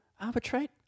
Arbitrate